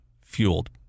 fueled